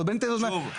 צודק.